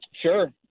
Sure